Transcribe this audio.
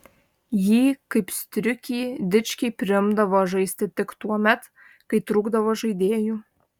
jį kaip striukį dičkiai priimdavo žaisti tik tuomet kai trūkdavo žaidėjų